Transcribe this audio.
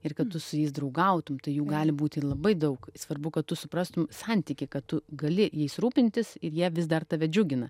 ir kad tu su jais draugautum tai jų gali būti ir labai daug svarbu kad tu suprastum santykį kad tu gali jais rūpintis ir jie vis dar tave džiugina